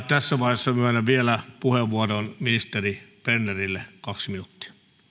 tässä vaiheessa myönnän vielä puheenvuoron ministeri bernerille kaksi minuuttia